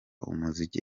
umuziki